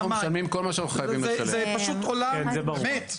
זה פשוט עולם מת.